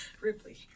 Ripley